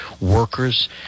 Workers